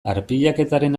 arpilaketaren